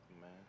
man